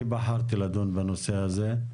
אני בחרתי לדון בנושא הזה.